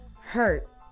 hurt